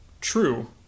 true